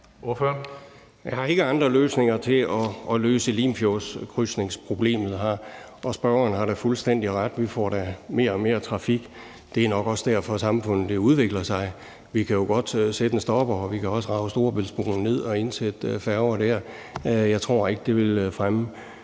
Jeg har ikke andre løsninger til Limfjordskrydsningsproblemet her. Spørgeren har da fuldstændig ret i, at vi får mere og mere trafik, og det er nok også derfor, at samfundet udvikler sig. Vi kan jo godt sætte en stopper for det, og vi kan også rage Storebæltsbroen ned og indsætte færger dér. Jeg tror ikke, det vil fremme